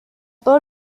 بار